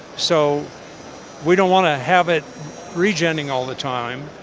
so we don't want to have it regening all the time,